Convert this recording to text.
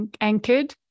anchored